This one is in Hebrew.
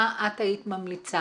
מה את היית ממליצה